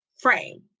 frame